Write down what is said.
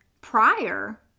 prior